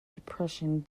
depression